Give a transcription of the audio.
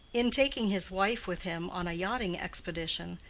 in taking his wife with him on a yachting expedition,